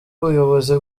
ubuyobozi